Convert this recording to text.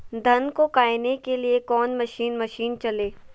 धन को कायने के लिए कौन मसीन मशीन चले?